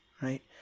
right